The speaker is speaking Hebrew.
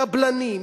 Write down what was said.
קבלנים,